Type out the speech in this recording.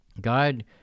god